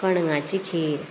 कणगांची खीर